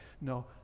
no